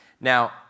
Now